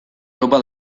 topa